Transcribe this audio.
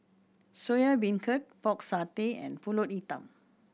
Soya Beancurd Pork Satay and Pulut Hitam